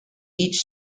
each